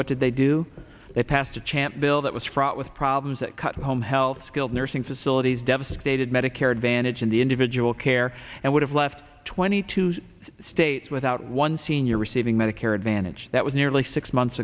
what did they do they passed a chant bill that was fraught with problems that cut home health skilled nursing facilities devastated medicare advantage in the individual care and would have left twenty two states without one senior receiving medicare advantage that was nearly six months